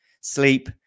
sleep